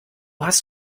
hast